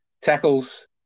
tackles